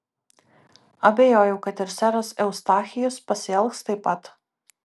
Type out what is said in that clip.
abejojau kad ir seras eustachijus pasielgs taip pat